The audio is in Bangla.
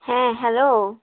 হ্যাঁ হ্যালো